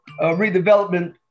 redevelopment